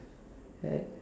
and